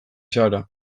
zara